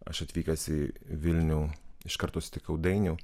aš atvykęs į vilnių iš karto sutikau dainių